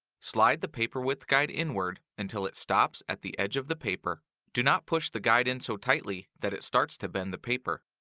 slide the paper width guide inward until it stops at the edge of the paper. do not push the guide in so tightly that it starts to bend the paper.